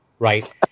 Right